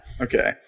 Okay